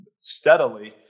steadily